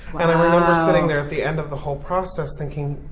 and i remember sitting there at the end of the whole process thinking,